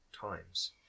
times